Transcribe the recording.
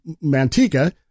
Manteca